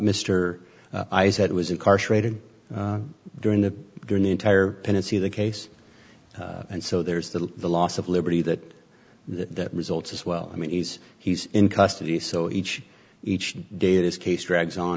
mr i said was incarcerated during the during the entire tennessee the case and so there's that the loss of liberty that the results as well i mean he's he's in custody so each each day this case drags on